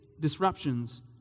disruptions